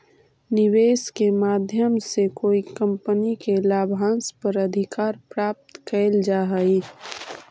निवेश के माध्यम से कोई कंपनी के लाभांश पर अधिकार प्राप्त कैल जा हई